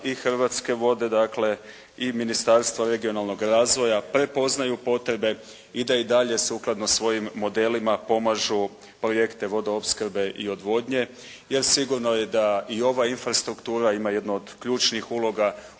i Hrvatske vode dakle i Ministarstvo regionalnog razvoja prepoznaju potrebe i da i dalje sukladno svojim modelima pomažu projekte vodoopskrbe i odvodnje, jer sigurno je da i ova infrastruktura ima jednu od ključnih uloga